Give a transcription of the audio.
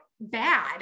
Bad